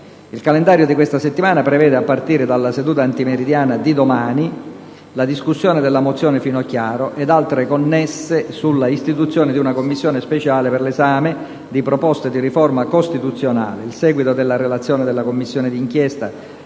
Il calendario di questa settimana prevede, a partire dalla seduta antimeridiana di domani, la discussione della mozione Finocchiaro ed altre connesse sulla istituzione di una Commissione speciale per 1'esame di proposte di riforma costituzionale, il seguito della discussione della Relazione della